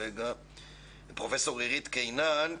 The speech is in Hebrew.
לפרופ' עירית קינן.